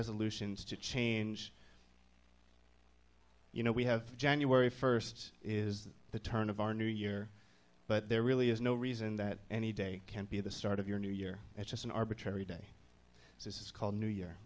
resolutions to change you know we have january first is the turn of our new year but there really is no reason that any day can't be the start of your new year it's just an arbitrary day this is called new year